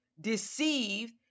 deceived